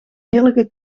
heerlijke